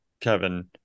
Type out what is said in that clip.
Kevin